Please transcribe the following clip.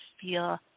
feel